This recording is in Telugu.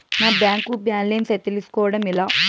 నా బ్యాంకు బ్యాలెన్స్ తెలుస్కోవడం ఎలా?